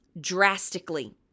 drastically